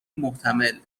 محتمل